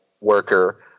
worker